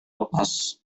lepas